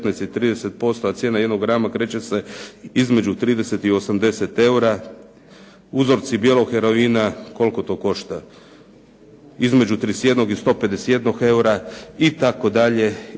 15 i 30%, a cijena jednog grama kreće se između 30 i 80 eura. Uzorci bijelog heroina koliko to košta između 31 i 151 eura itd., itd.